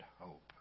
hope